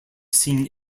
seen